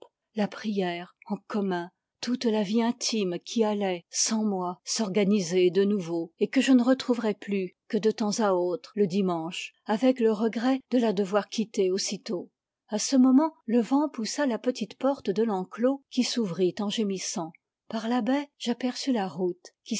la prière en commun toute la vie intime qui allait sans moi s'organiser de nouveau et que je ne retrouverais plus que de temps à autre le dimanche avec le regret de la devoir quitter aussitôt a ce moment le vent poussa la petite porte de l'enclos qui s'ouvrit en gémissant par la baie j'aperçus la route